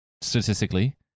statistically